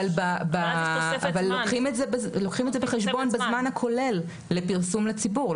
אבל לוקחים את זה בחשבון בזמן הכולל לפרסום לציבור.